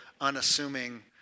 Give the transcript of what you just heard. unassuming